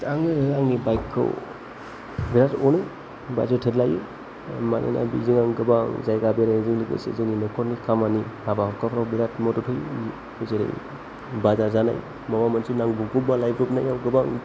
आङो आंनि बाइकखौ बेराद अनो एबा जोथोन लायो मानोना बेजों आं गोबां जायगा बेरायनायजों लोगोसे जोंनि न'खरनि खामानि हाबा हुखाफ्राव बिराद मदद होयो जेरै बाजार जानाय माबा मोनसे नांगौबा लायब्र'बनायाव गोबां